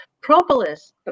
Propolis